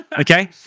Okay